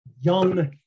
young